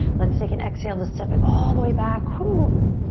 let's take an exhale to step it all the way back. woo.